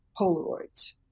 Polaroids